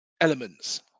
elements